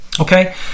Okay